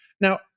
Now